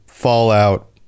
fallout